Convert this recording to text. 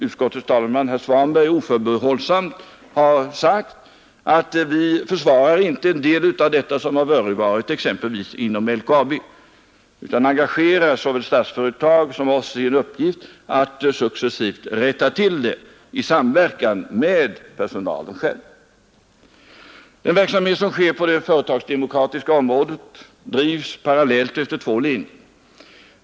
Utskottets talesman herr Svanberg har ju oförbehållsamt sagt att vi inte försvarar en del av det som förevarit i det fallet, exempelvis inom LKAB, utan vi engagerar såväl Statsföretag som oss själva i uppgiften att successivt rätta till de sakerna i samverkan med berörd personal. Den verksamhet som pågår på det företagsdemokratiska området drivs parallellt efter två linjer.